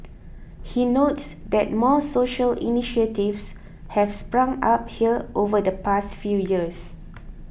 he notes that more social initiatives have sprung up here over the past few years